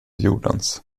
jordens